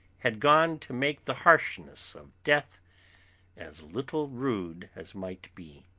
had gone to make the harshness of death as little rude as might be.